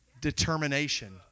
determination